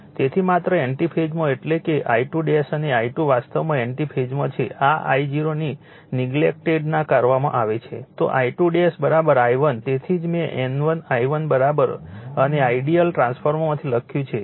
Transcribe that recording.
તેથી માત્ર એન્ટિ ફેઝમાં એટલે કે I2 અને I2 વાસ્તવમાં એન્ટિ ફેઝમાં છે આ I0 ની નેગ્લેક્ટેડના કરવામાં આવે છે તો I2 I1 તેથી જ મેં N1 I1 અને આઇડીઅલ ટ્રાન્સફોર્મરમાંથી લખ્યું છે